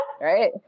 right